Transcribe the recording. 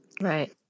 Right